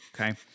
okay